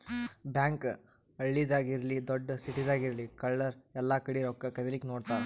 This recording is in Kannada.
ಬ್ಯಾಂಕ್ ಹಳ್ಳಿದಾಗ್ ಇರ್ಲಿ ದೊಡ್ಡ್ ಸಿಟಿದಾಗ್ ಇರ್ಲಿ ಕಳ್ಳರ್ ಎಲ್ಲಾಕಡಿ ರೊಕ್ಕಾ ಕದಿಲಿಕ್ಕ್ ನೋಡ್ತಾರ್